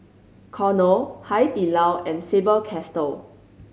Cornell Hai Di Lao and Faber Castell